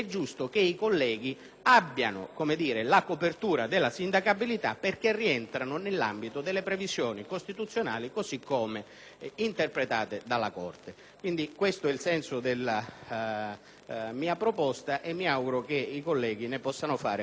abbiano la copertura della insindacabilità perché rientrano nell'ambito delle previsioni costituzionali, così come interpretate dalla Corte. Questo è il senso della mia proposta e mi auguro che i colleghi ne possano far tesoro.